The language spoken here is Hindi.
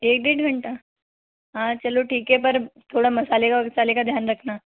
एक डेढ़ घंटा हाँ चलो ठीक है पर थोड़ा मसाले का वसाले का ध्यान रखना